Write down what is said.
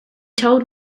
told